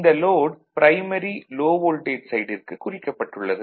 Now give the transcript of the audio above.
இந்த load primary low voltage சைடிற்கு குறிக்கப்பட்டுள்ளது